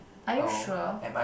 are you sure